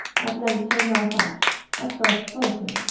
at length they laugh out at first solitary,